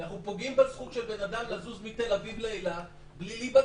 ואנחנו פוגעים בזכות של בן אדם לזוז מתל אביב לאילת בלי להיבדק,